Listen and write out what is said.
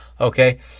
okay